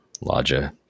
larger